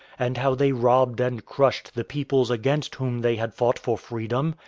and how they robbed and crushed the peoples against whom they had fought for freedom?